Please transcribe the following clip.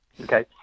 Okay